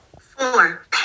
Four